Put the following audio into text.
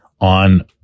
on